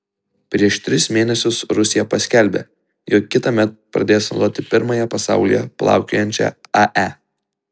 prieš tris mėnesius rusija paskelbė jog kitąmet pradės naudoti pirmąją pasaulyje plaukiojančią ae